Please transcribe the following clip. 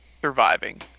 surviving